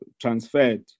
transferred